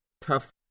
tough